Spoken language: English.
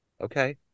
Okay